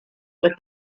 with